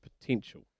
potential